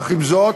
אך עם זאת,